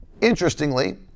Interestingly